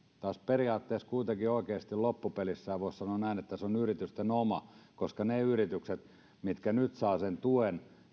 olisi periaatteessa kuitenkin oikeasti loppupelissä voisi sanoa yritysten omaa koska ne yritykset mitkä nyt saavat sen tuen